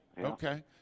Okay